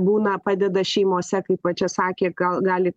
būna padeda šeimose kaip va čia sakė gal gali